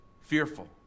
fearful